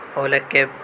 ola cab